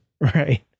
Right